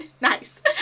Nice